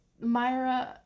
Myra